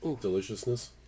Deliciousness